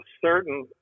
certain